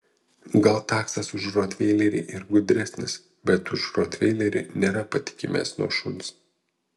gal taksas už rotveilerį ir gudresnis bet už rotveilerį nėra patikimesnio šuns